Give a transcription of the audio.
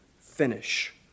finish